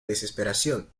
desesperación